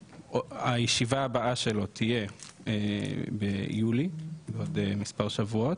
שהישיבה הבאה שלו תהיה ביולי, עוד מספר שבועות,